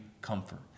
comfort